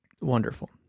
Wonderful